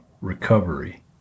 recovery